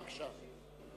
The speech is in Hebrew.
בבקשה.